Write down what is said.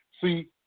See